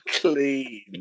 clean